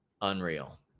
Unreal